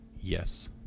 Yes